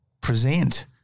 present